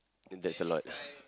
and that's alot